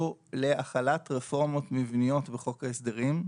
להחלת רפורמות מבניות בחוק ההסדרים.